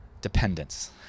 dependence